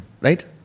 right